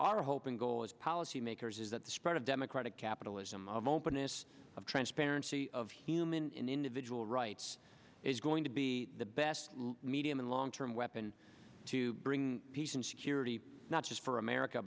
our hope and goal is policymakers is that the spread of democratic capitalism of openness of transparency of human individual rights is going to be the best medium and long term weapon to bring peace and security not just for america